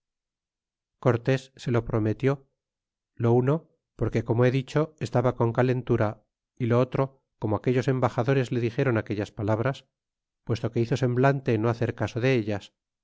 cortés se lo prometió lo uno porque como he dicho estaba con calentura y lo otro como aquellos embaxadores le dixeron aquellas palabras puesto que hizo semblante no hacer caso de ellas